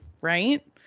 Right